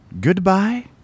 Goodbye